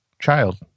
Child